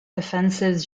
offensives